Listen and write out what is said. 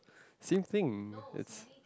same thing it's